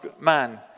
man